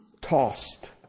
Tossed